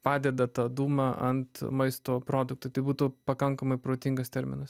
padeda tą dūmą ant maisto produktų tai būtų pakankamai protingas terminas